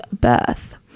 birth